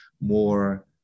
more